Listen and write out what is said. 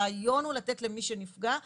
הרעיון הוא לתת למי שנפגע.